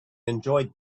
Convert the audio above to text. enjoyed